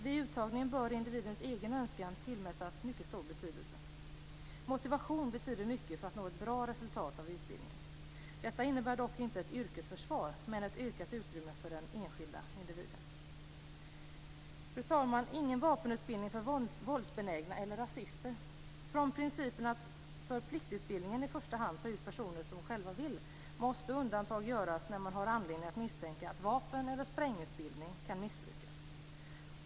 Vid uttagningen bör individens egen önskan tillmätas mycket stor betydelse. Motivation betyder mycket för att man skall få ett bra resultat av utbildningen. Detta innebär inte ett yrkesförsvar, men det innebär ett ökat utrymme för den enskilde individen. Fru talman! Vi vill inte ha någon utbildning för våldsbenägna personer eller rasister. Från principen att för pliktutbildning i första hand ta ut personer som själva vill måste undantag göras när man har anledning att misstänka att vapen eller sprängutbildning kan missbrukas.